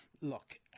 Look